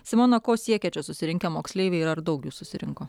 simona ko siekia čia susirinkę moksleiviai ir ar daug jų susirinko